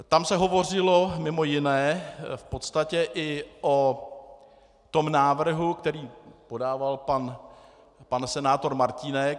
Tam se hovořilo mimo jiné v podstatě i o tom návrhu, který podával pan senátor Martínek.